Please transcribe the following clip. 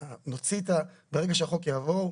ברגע שהחוק יעבור,